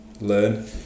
learn